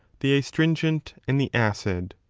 the astringent and the acid.